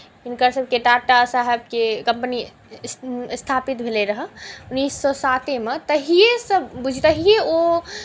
हिनकर सभके टाटा साहेबके कम्पनी स्थापित भेलै रहए उन्नैस सए सातेमे तहिएसँ बुझू तहिए ओ